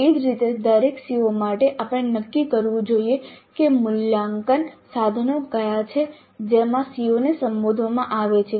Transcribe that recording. એ જ રીતે દરેક CO માટે આપણે નક્કી કરવું જોઈએ કે મૂલ્યાંકન સાધનો કયા છે જેમાં CO ને સંબોધવામાં આવે છે